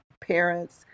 parents